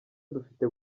dufite